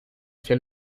hacia